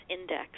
Index